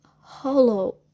hollow